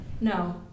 No